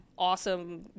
Awesome